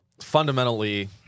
fundamentally